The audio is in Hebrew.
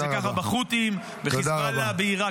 זה ככה אצל הח'ותים, אצל החיזבאללה, בעיראק.